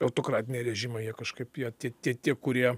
autokratiniai režimai jie kažkaip jie tie tie tie kurie